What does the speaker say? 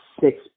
six